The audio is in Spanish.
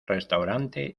restaurante